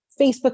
Facebook